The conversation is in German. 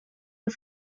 des